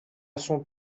son